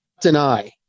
deny